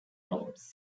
robes